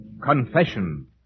Confession